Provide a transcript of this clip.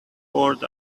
poured